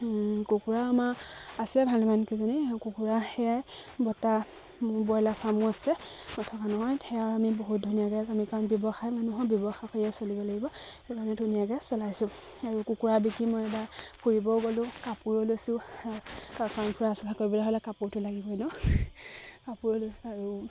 কুকুৰা আমাৰ আছে ভালমানকেইজনী কুকুৰা সেয়াই বটা ব্ৰইলাৰ ফাৰ্মো আছে নথকা নহয় সেয়াও আমি বহুত ধুনীয়াকে আমি কাৰণ ব্যৱসায় মানুহৰ ব্যৱসায় কৰিয়ে চলিব লাগিব সেইকাৰণে ধুনীয়াকে চলাইছোঁ আৰু কুকুৰা বিক্ৰী মই এবাৰ ফুৰিবও গ'লোঁ কাপোৰো লৈছোঁ কৰিবলৈ হ'লে কাপোৰটো লাগিবই কাপোৰো লৈছোঁ আৰু